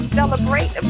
celebrate